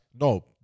no